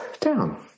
down